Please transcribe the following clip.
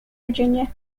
virginia